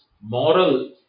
moral